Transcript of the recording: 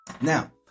Now